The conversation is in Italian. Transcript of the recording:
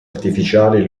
artificiali